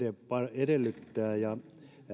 edellyttää